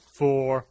four